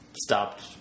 stopped